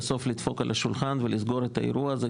בסוף לדפוק על השולחן ולסגור את האירוע הזה.